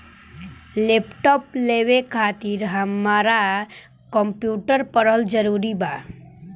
Laptop लेवे खातिर हमरा कम्प्युटर पढ़ल जरूरी बा?